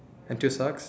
have two socks